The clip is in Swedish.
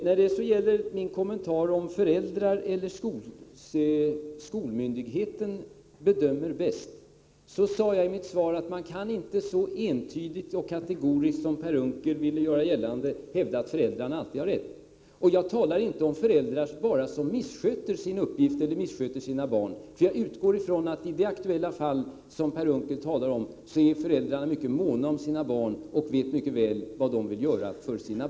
När det så gäller min kommentar om huruvida föräldrarna eller skolmyndigheten bedömer bäst sade jag i mitt svar, att man inte så entydigt och kategoriskt som Per Unckel vill göra gällande kan hävda att föräldrarna alltid har rätt. Jag talar här inte bara om föräldrar som missköter sina barn. Jag utgår från att i det aktuella fall som Per Unckel talar om är föräldrarna mycket måna om sina barn och vet mycket väl vad de vill göra för dem.